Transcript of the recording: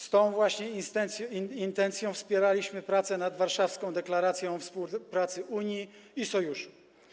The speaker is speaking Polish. Z tą właśnie intencją wspieraliśmy prace nad warszawską deklaracją o współpracy Unii i Sojuszu.